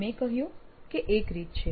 મેં કહ્યું કે એક રીત છે